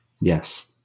Yes